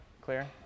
Clear